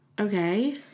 Okay